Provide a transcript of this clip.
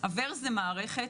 זו מערכת